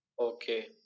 okay